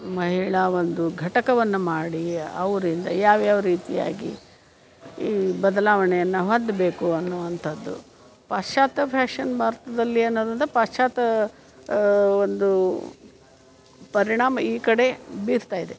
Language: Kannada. ಮಹಿಳಾ ಒಂದು ಘಟಕವನ್ನು ಮಾಡಿ ಅವರಿಂದ ಯಾವ್ಯಾವ ರೀತಿಯಾಗಿ ಈ ಬದಲಾವಣೆಯನ್ನು ಹೊಂದಬೇಕು ಅನ್ನುವಂಥದ್ದು ಪಾಶ್ಚಾತ್ಯ ಫ್ಯಾಷನ್ ಭಾರತದಲ್ಲಿ ಏನದು ಅಂದ್ರೆ ಪಾಶ್ಚಾತ್ಯ ಒಂದು ಪರಿಣಾಮ ಈ ಕಡೆ ಬೀರ್ತಾ ಇದೆ